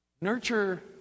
nurture